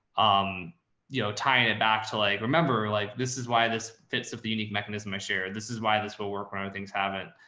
um you know, tying it back to like, remember, like, this is why this fits of the unique mechanism i shared. this is why this will work when other things have it.